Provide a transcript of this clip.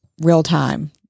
real-time